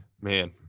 Man